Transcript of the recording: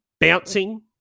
Bouncing